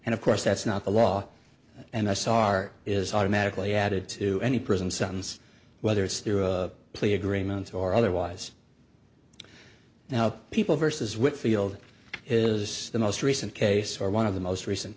and of course that's not the law and i saw our is automatically added to any prison sons whether it's through a plea agreement or otherwise now people versus whitfield is the most recent case or one of the most recent